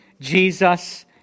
Jesus